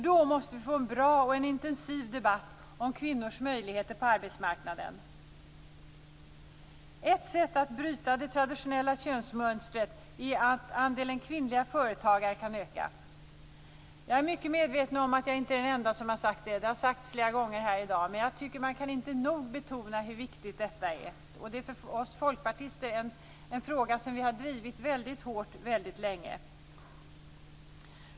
Då måste vi få en bra och intensiv debatt om kvinnors möjligheter på arbetsmarknaden. Ett sätt att bryta det traditionella könsmönstret är att andelen kvinnliga företagare kan öka. Jag är mycket medveten om att jag inte är den enda som har sagt det - det har sagts flera gånger här i dag - men jag tycker att man inte nog kan betona hur viktigt detta är. Vi folkpartister har drivit denna fråga väldigt hårt och väldigt länge.